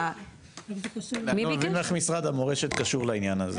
איך משרד המורשת קשור לזה?